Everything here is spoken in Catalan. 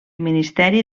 ministeri